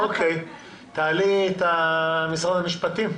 נציג משרד המשפטים,